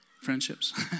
friendships